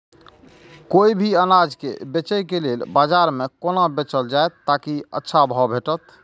कोय भी अनाज के बेचै के लेल बाजार में कोना बेचल जाएत ताकि अच्छा भाव भेटत?